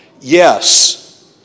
Yes